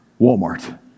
Walmart